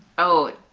oh,